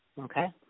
okay